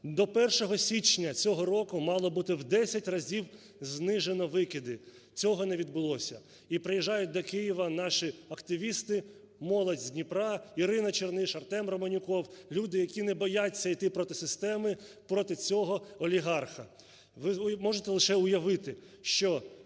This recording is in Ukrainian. До 1 січня цього року мало бути в 10 разів знижено викиди. Цього не відбулося. І приїжджають до Києва наші активісти, молодь з Дніпра, Ірина Черниш, Артем Романюков, люди, які не бояться йти проти системи, проти цього олігарха. Ви можете лише уявити, що